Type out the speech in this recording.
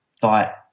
thought